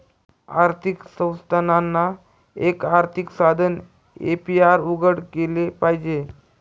आर्थिक संस्थानांना, एक आर्थिक साधन ए.पी.आर उघडं केलं पाहिजे